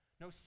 no